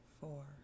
four